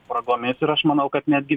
spragomis ir aš manau kad netgi